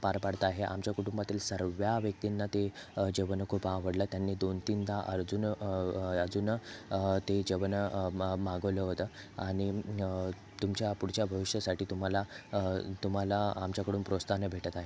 पार पाडत आहे आमच्या कुटुंबातील सर्व व्यक्तींना ते जेवण खूप आवडलं त्यांनी दोनतीनदा अर्जुन अजून ते जेवण मग मागवलं होतं आणि तुमच्या पुढच्या भविष्यासाठी तुम्हाला तुम्हाला आमच्याकडून प्रोत्साहन भेटत आहे